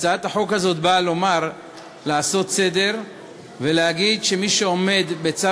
הצעת החוק הזאת באה לתקן מצב בלתי נסבל שבו חייבי ההוצאה לפועל עומדים,